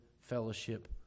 fellowship